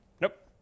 Nope